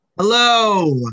Hello